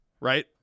right